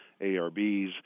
ARBs